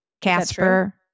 Casper